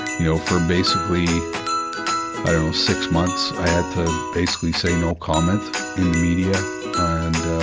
you know, for basically i don't six months, i had to basically say no comment in the media and